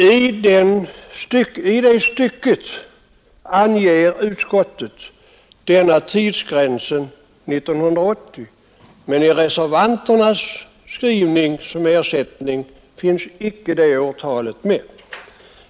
I det avsnittet anger utskottet tidsgränsen 1980, men i reservanternas skrivning finns icke det årtalet med.